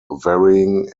varying